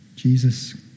Jesus